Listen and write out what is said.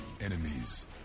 enemies